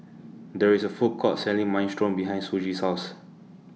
There IS A Food Court Selling Minestrone behind Shoji's House